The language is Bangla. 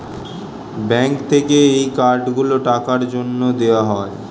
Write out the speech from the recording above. ব্যাঙ্ক থেকে এই কার্ড গুলো টাকার জন্যে দেওয়া হয়